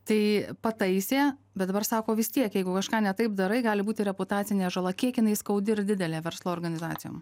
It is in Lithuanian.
tai pataisė bet dabar sako vis tiek jeigu kažką ne taip darai gali būti reputacinė žala kiek jinai skaudi ir didelė verslo organizacijoms